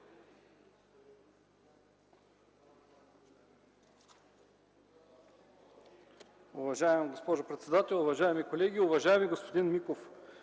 Уважаема госпожо председател, уважаеми колеги, уважаеми господин Миков!